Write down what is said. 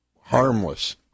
harmless